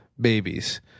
babies